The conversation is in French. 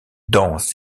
danse